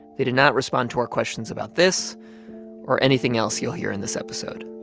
they did not respond to our questions about this or anything else you'll hear in this episode